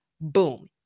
Boom